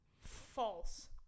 False